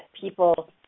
people